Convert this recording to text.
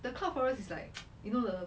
the cloud forest is like you know the